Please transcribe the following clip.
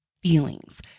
feelings